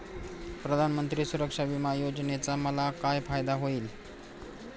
प्रधानमंत्री सुरक्षा विमा योजनेचा मला काय फायदा होईल?